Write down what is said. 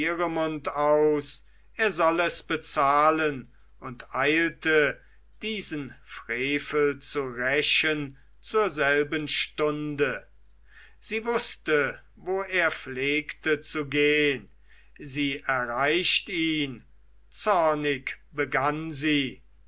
er soll es bezahlen und eilte diesen frevel zu rächen zur selben stunde sie wußte wo er pflegte zu gehn sie erreicht ihn zornig begann sie